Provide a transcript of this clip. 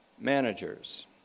Managers